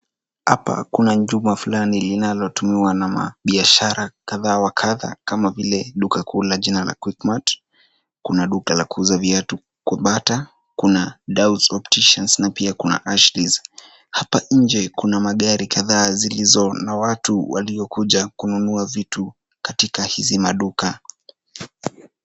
Hapa kuna jumba fulani linalotumiwa na biashara kadha wa kadha kama vile duka kuu la jina la Quickmart, kuna duka la kuuza viatu kwa Bata, kuna Daus opticians na pia kuna Ashley's . Hapa nje kuna magari kadhaa zilizo na watu waliokuja kununua vitu katika hizi maduka.